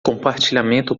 compartilhamento